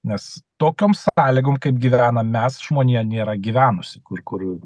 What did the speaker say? nes tokiom sąlygom kaip gyvenam mes žmonija nėra gyvenusi kur kur